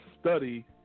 study